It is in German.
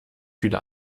viele